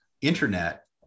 internet